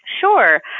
Sure